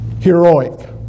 heroic